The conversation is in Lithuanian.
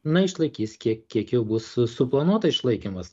na išlaikys kiek kiek jau bus suplanuota išlaikymas